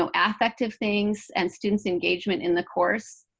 so and affective things and students' engagement in the course,